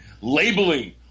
labeling